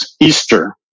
Easter